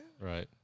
Right